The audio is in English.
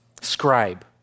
Scribe